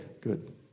Good